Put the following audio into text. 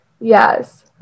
Yes